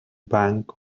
bank